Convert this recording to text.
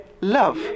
love